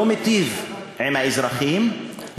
לא מיטיב עם האזרחים,